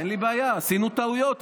אין לי בעיה, עשינו טעויות.